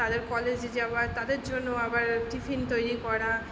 তাদের কলেজে যাওয়া তাদের জন্য আবার টিফিন তৈরি করা